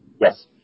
Yes